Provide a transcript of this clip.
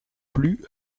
plus